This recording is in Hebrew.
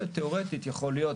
תיאורטית יכול להיות,